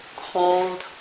cold